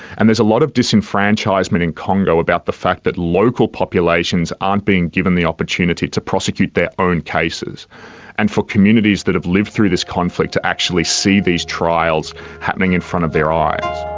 and there's a lot of disenfranchisement in congo about the fact that local populations aren't being given the opportunity to prosecute their own cases and for communities that have lived through this conflict to actually see these trials happening in front of their eyes.